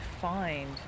find